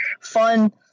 fun